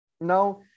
now